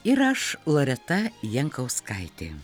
ir aš loreta jankauskaitė